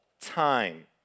time